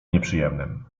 nieprzyjemnym